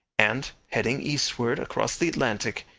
and, heading eastward across the atlantic,